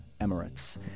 Emirates